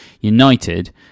United